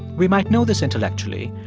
we might know this intellectually,